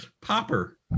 Popper